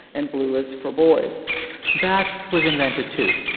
and blue is for boys that was invented, too.